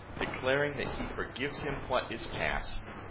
declaring, that he forgives him what is passed.